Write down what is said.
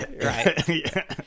Right